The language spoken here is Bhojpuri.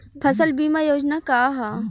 फसल बीमा योजना का ह?